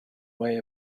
way